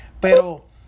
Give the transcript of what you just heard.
pero